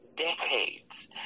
Decades